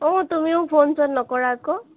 অ তুমিও ফোন চোন নকৰা আকৌ